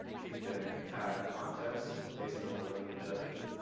you can add context based on the learning objective,